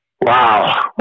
Wow